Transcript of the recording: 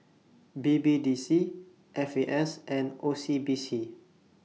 B B D C F A S and O C B C